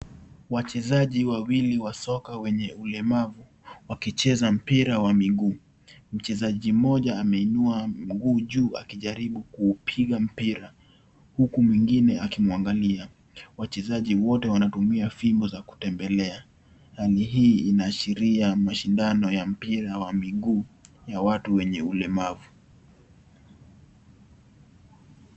Wachezaji wawili wa soka wenye ulemavu wakicheza mpira wa mguu, mchezaji mmoja ameinua mguu juu akijaribu kupiga mpira huku mwingine akimwangalia wachezaji wote wanatumia fimbo za kutembelea, Na hii inaashiria mashindano ya mpira wa miguu wa watu wenye ulemavu.